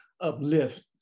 uplift